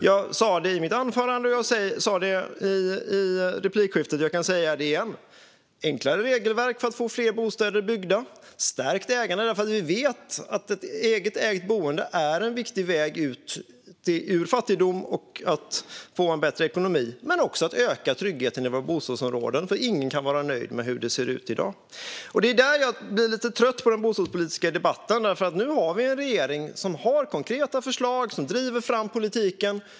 Jag sa det i mitt anförande, jag sa det tidigare i replikskiftet och jag kan säga det igen: enklare regelverk för att få fler bostäder byggda, stärkt ägande därför att vi vet att ett eget ägt boende är en viktig väg ut ur fattigdom och till en bättre ekonomi samt ökad trygghet i våra bostadsområden därför att ingen kan vara nöjd med hur det ser ut i dag. Jag blir lite trött på den bostadspolitiska debatten. Nu har vi ju en regering som har konkreta förslag och som driver fram politiken.